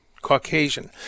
Caucasian